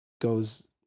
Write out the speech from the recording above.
goes